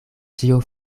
ĉio